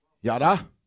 Yada